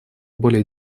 более